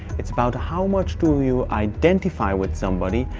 it's about how much do you identify with somebody,